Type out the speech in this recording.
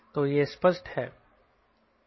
तो यह स्पष्ट है